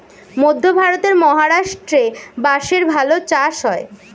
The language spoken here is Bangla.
মধ্যে ভারতের মহারাষ্ট্রে বাঁশের ভালো চাষ হয়